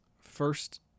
first